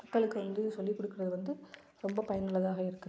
மக்களுக்கு வந்து சொல்லிக்கொடுக்கறது வந்து ரொம்ப பயனுள்ளதாக இருக்குது